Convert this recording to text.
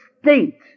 state